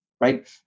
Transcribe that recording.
Right